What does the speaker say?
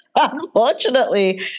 Unfortunately